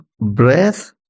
breath